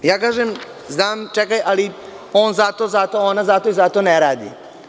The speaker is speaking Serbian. Ja kažem - znam, čekaj, ali, on zato, zato, ona zato, zato, ne radi.